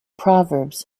proverbs